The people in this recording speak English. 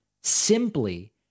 simply